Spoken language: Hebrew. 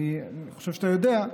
אני חושב שאתה יודע,